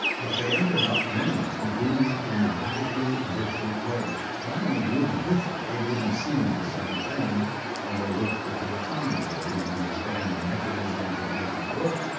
but they ended up, many of them, doing it in radically different ways. and i mean really different. they didn't see the same thing when they looked at the economy. they didn't understand the mechanisms that make it work.